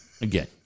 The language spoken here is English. Again